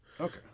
okay